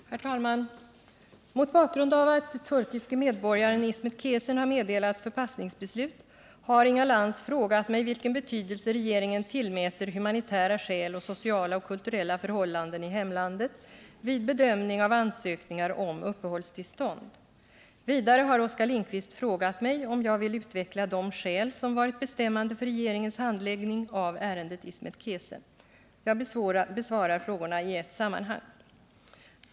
Herr talman! Mot bakgrund av att turkiske medborgaren Ismet Kesen har meddelats förpassningsbeslut har Inga Lantz frågat mig vilken betydelse regeringen tillmäter humanitära skäl och sociala och kulturella förhållanden i hemlandet vid bedömning av ansökningar om uppehållstillstånd. Vidare har Oskar Lindkvist frågat mig om jag vill utveckla de skäl som varit bestämmande för regeringens handläggning av ärendet Ismet Kesen. Jag besvarar frågorna i ett sammanhang.